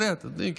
אתם יודעים,